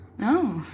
No